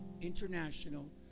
International